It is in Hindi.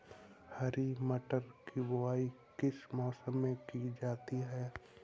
हरी मटर की बुवाई किस मौसम में की जाती है?